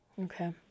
Okay